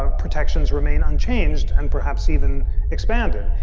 ah protections remain unchanged and perhaps even expanded.